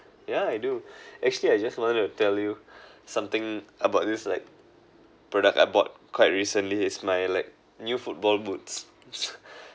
yeah I do actually I just wanted to tell you something about this like product I bought quite recently it's my like new football boots